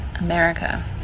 America